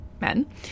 men